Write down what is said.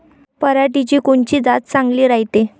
पऱ्हाटीची कोनची जात चांगली रायते?